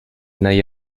nadie